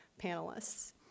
panelists